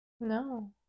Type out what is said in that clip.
No